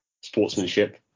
sportsmanship